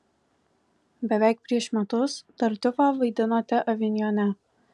beveik prieš metus tartiufą vaidinote avinjone